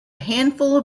handful